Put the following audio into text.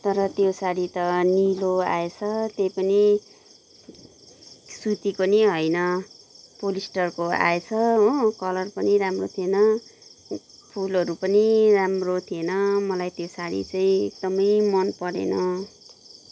तर त्यो साडी त निलो आएछ त्यही पनि सुतीको पनि होइन पोलिस्टरको आएछ हो कलर पनि राम्रो थिएन फुलहरू पनि राम्रो थिएन मलाई त्यो साडी चाहिँ एकदमै मनपरेन